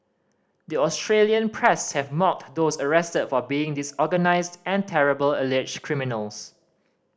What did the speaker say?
the Australian press have mocked those arrested for being disorganised and terrible alleged criminals